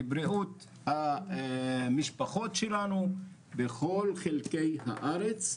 לבריאות המשפחות שלנו בכל חלקי הארץ,